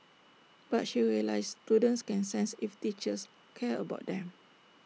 but she realised students can sense if teachers care about them